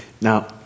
Now